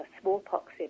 smallpox